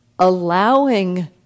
Allowing